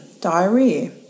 Diarrhea